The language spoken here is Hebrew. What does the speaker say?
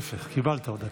להפך, קיבלת עוד דקה.